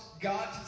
God